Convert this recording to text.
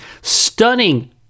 stunning